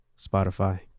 spotify